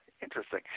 Interesting